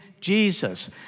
Jesus